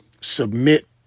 submit